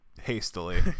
hastily